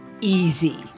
easy